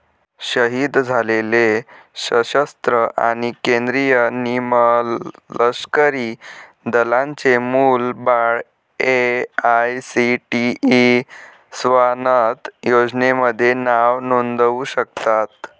शहीद झालेले सशस्त्र आणि केंद्रीय निमलष्करी दलांचे मुलं बाळं ए.आय.सी.टी.ई स्वानथ योजनेमध्ये नाव नोंदवू शकतात